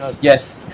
Yes